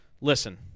listen